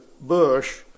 bush